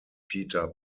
peter